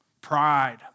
pride